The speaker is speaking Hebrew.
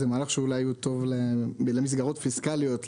זה מהלך שאולי טוב למסגרות פיסקליות,